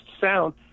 sound